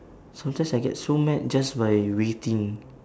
sometimes I get so mad just by waiting